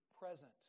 present